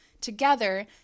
Together